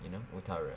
you know utara